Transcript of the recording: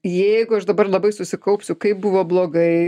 jeigu aš dabar labai susikaupsiu kaip buvo blogai